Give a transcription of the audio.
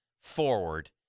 forward